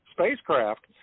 spacecraft